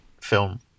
film